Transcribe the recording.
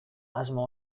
asmo